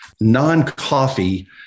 non-coffee